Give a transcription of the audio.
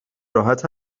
راحت